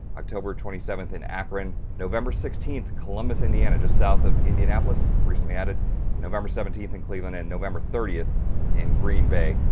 october twenty seventh in akron, november sixteenth columbus, indiana, just south of indianapolis. recently added november seventeenth in cleveland, and november thirtieth in green bay,